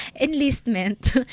enlistment